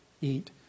eat